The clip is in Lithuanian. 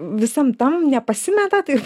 visam tam nepasimetat ir